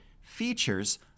features